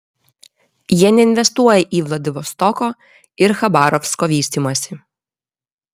jie neinvestuoja į vladivostoko ir chabarovsko vystymąsi